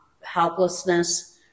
helplessness